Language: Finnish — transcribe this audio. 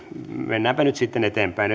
mennäänpä nyt sitten eteenpäin